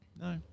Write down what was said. No